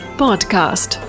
podcast